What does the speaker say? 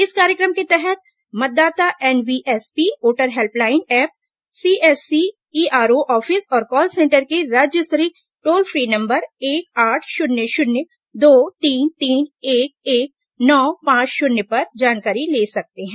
इस कार्यक्रम के तहत मतदाता NVSP voter helpline app CSC ERO office और कॉल सेंटर के राज्य स्तरीय टोल फ्री नंबर एक आठ शून्य शून्य दो तीन तीन एक एक नौ पांच शून्य पर जानकारी ले सकते हैं